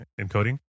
encoding